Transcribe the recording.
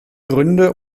gründe